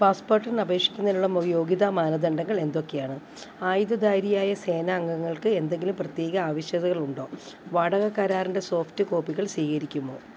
പാസ്പോർട്ടിന് അപേഷിക്കുന്നതിനുള്ള യോഗ്യതാ മാനദണ്ഡങ്ങളെന്തൊക്കെയാണ് ആയുധധാരിയായ സേന അംഗങ്ങൾക്കും എന്തെങ്കിലും പ്രത്യേക ആവശ്യതകളുണ്ടോ വാടകക്കരാറിന്റെ സോഫ്റ്റ് കോപ്പികൾ സ്വീകരിക്കുമോ